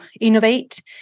innovate